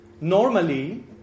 Normally